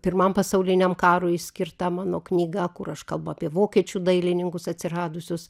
pirmam pasauliniam karui skirta mano knyga kur aš kalbu apie vokiečių dailininkus atsiradusius